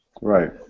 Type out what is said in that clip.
Right